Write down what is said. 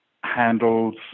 handles